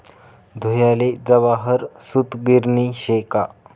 धुयाले जवाहर सूतगिरणी शे का